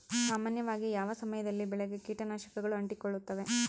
ಸಾಮಾನ್ಯವಾಗಿ ಯಾವ ಸಮಯದಲ್ಲಿ ಬೆಳೆಗೆ ಕೇಟನಾಶಕಗಳು ಅಂಟಿಕೊಳ್ಳುತ್ತವೆ?